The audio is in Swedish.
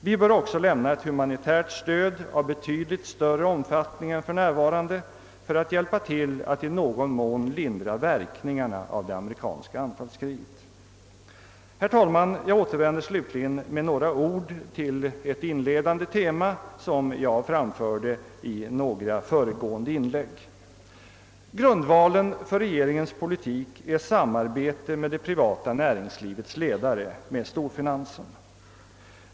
Vi bör också lämna ett humanitärt stöd av betydligt större omfattning än vi gör för närvarande för att hjälpa till att i någon mån lindra verkningarna av det amerikanska anfallskriget. Herr talman! Jag vill slutligen med några ord återvända till ett inledande tema, som jag framfört i föregående inlägg. Grundvalen för regeringens politik är samarbete med det privata näringslivets ledare, med storfinansen.